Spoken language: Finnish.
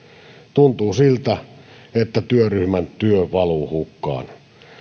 tuntuu siltä että työryhmän työ valuu hukkaan